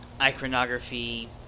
Iconography